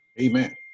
Amen